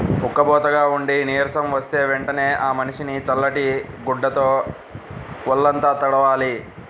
ఉక్కబోతగా ఉండి నీరసం వస్తే వెంటనే ఆ మనిషిని చల్లటి గుడ్డతో వొళ్ళంతా తుడవాలి